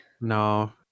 No